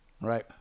Right